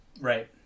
right